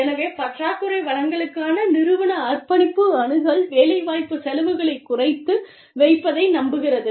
எனவே பற்றாக்குறை வளங்களுக்கான நிறுவன அர்ப்பணிப்பு அணுகல் வேலைவாய்ப்பு செலவுகளைக் குறைத்து வைப்பதை நம்புகிறது